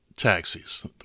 taxis